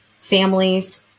families